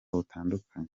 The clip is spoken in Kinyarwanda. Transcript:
butandukanye